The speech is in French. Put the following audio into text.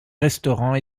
restaurants